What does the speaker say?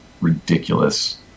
ridiculous